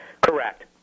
Correct